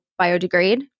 biodegrade